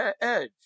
edge